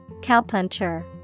Cowpuncher